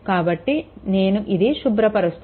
కాబట్టి నేను ఇది శుభ్రపరుస్తాను